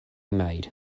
made